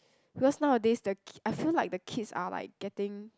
because nowadays the ki~ I feel like the kids are like getting